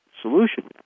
solution